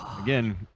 again